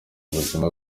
ubuzima